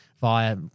via